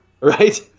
Right